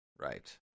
Right